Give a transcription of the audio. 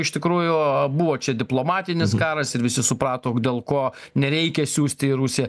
iš tikrųjų buvo čia diplomatinis karas ir visi suprato dėl ko nereikia siųsti į rusiją